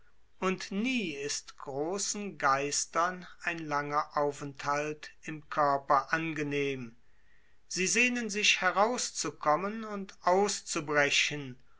und nie ist großen geistern ein langer aufenthalt im körper angenehm sie sehnen sich herauszukommen und auszubrechen